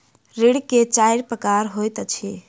ऋण के चाइर प्रकार होइत अछि